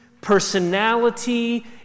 personality